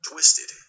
Twisted